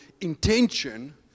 intention